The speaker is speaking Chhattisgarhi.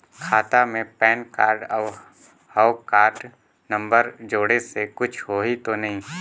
खाता मे पैन कारड और हव कारड नंबर जोड़े से कुछ होही तो नइ?